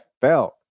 felt